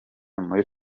muri